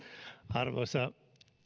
arvoisa